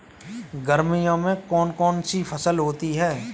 गर्मियों में कौन कौन सी फसल होती है?